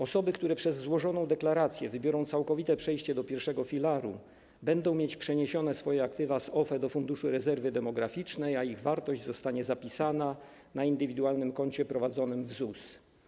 Osoby, które przez złożoną deklarację wybiorą całkowite przejście do I filaru, będą mieć przeniesione swoje aktywa z OFE do Funduszu Rezerwy Demograficznej, a ich wartość zostanie zapisana na indywidualnym koncie prowadzonym w ZUS.